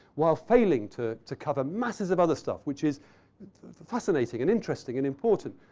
while failing to to cover masses of other stuff which is fascinating and interesting and important.